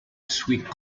squeak